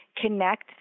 connect